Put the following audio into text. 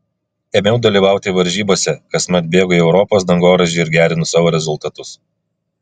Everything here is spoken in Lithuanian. ėmiau dalyvauti varžybose kasmet bėgu į europos dangoraižį ir gerinu savo rezultatus